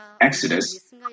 Exodus